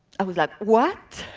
i was like, what!